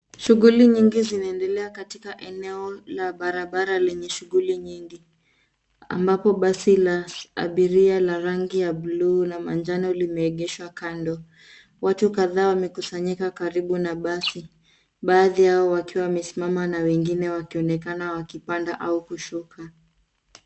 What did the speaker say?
Shughuli nyingi zinaendelea katika eneo la barabara lenye shughuli nyingi ambapo basi la abiria la rangi ya blue na manjano limeegeshwa kando. Watu kadhaa wamekusanyika karibu na basi, baadhi yao wakiwa wamesimama na wengine wakionekana wakipanda au kushuka.